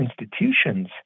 institutions